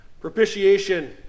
Propitiation